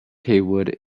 haywood